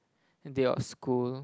day of school